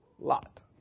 lot